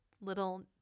little